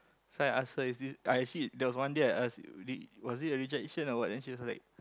so I ask her is this uh actually there was one day I ask did was it a rejection or what then she was like